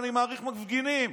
ואני מעריך מפגינים.